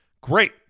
great